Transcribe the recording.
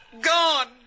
Gone